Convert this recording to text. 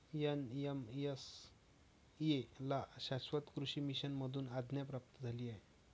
NMSA ला शाश्वत कृषी मिशन मधून आज्ञा प्राप्त झाली आहे